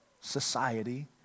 society